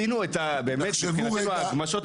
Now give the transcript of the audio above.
תחשבו.